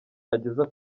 ageza